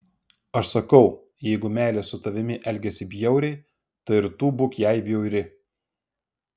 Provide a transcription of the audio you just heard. aš sakau jeigu meilė su tavimi elgiasi bjauriai tai ir tu būk jai bjauri